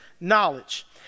knowledge